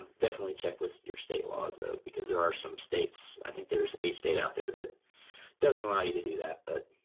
and definitely check with your state laws ah because there are some states i think there is a state out there doesn't doesn't allow you to do that but